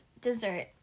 dessert